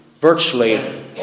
virtually